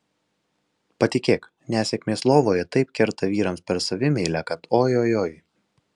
patikėk nesėkmės lovoje taip kerta vyrams per savimeilę kad oi oi oi